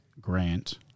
Grant